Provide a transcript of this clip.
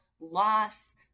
loss